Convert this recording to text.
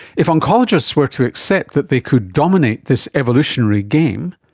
if oncologists were to accept that they could dominate this evolutionary game,